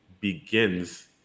begins